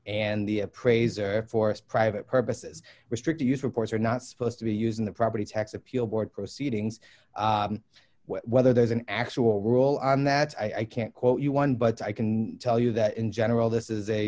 and the appraiser air force private purposes restricted use reports are not supposed to be used in the property tax appeal board proceedings whether there's an actual rule on that i can't quote you one but i can tell you that in general this is a